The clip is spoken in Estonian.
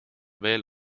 veel